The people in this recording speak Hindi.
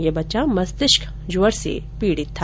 ये बच्चा मस्तिष्क ज्वर से पीडित था